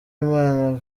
imana